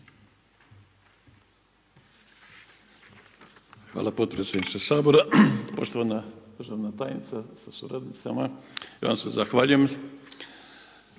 Hvala potpredsjedniče Sabora. Poštovana državna tajnice sa suradnicama. Ja vam se zahvaljujem.